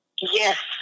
Yes